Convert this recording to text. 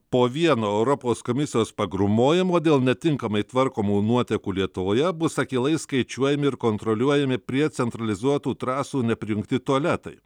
po vieno europos komisijos pagrūmojimo dėl netinkamai tvarkomų nuotekų lietuvoje bus akylai skaičiuojami ir kontroliuojami prie centralizuotų trasų neprijungti tualetai